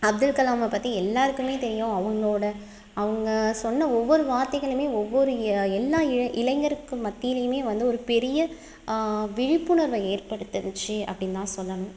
அப்துல்கலாம பற்றி எல்லாருக்குமே தெரியும் அவங்களோட அவங்க சொன்ன ஒவ்வொரு வார்த்தைகளுமே ஒவ்வொரு எ எல்லா இ இளைஞருக்கு மத்தியிலையுமே வந்து ஒரு பெரிய விழிப்புணர்வை ஏற்படுத்துனுச்சு அப்டின்னு தான் சொல்லணும்